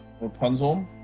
Rapunzel